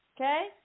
Okay